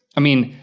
i mean,